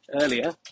earlier